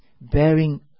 bearing